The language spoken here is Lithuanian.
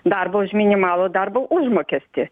darbą už minimalų darbo užmokestį